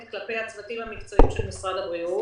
כלפי הצוותים המקצועיים של משרד הבריאות,